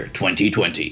2020